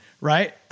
Right